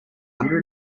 under